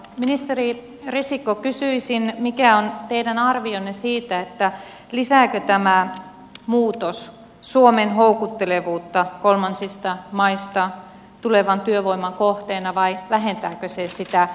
ministeri risikko kysyisin mikä on teidän arvionne siitä lisääkö tämä muutos suomen houkuttelevuutta kolmansista maista tulevan työvoiman kohteena vai vähentääkö se sitä